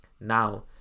now